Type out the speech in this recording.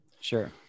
Sure